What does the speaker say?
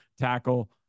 tackle